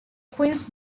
queens